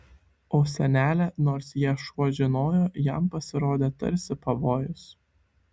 o senelė nors ją šuo žinojo jam pasirodė tarsi pavojus